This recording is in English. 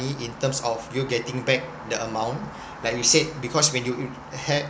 in terms of you getting back the amount like you said because when you ha~